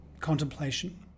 contemplation